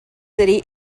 city